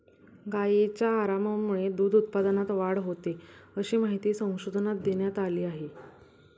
गायींच्या आरामामुळे दूध उत्पादनात वाढ होते, अशी माहिती संशोधनात देण्यात आली आहे